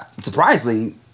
Surprisingly